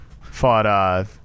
fought